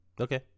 Okay